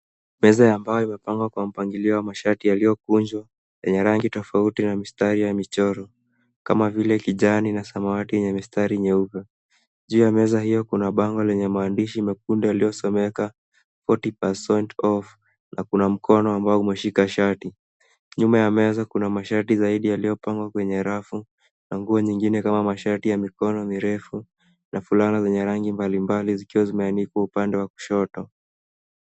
Meza ya mbao imepangwa kwa mpangilio wa masharti yaliyokunjwa yenye rangi tofauti na mistari ya michoro kama vile kijani na samawati yenye mistari nyeupe, juu ya meza hiyo kuna bango lenye maandishi mekundu yaliyosomeka' 40 percent off' na kuna mkono ambao umeshika shati ,nyuma ya meza kuna masharti zaidi yaliyopangwa kwenye rafu na nguo nyingine kama masharti ya mikono mirefu na fulana zenye rangi mbalimbali zikiwa zimeanikwa upande wa kushoto.